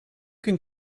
can